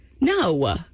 No